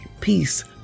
peace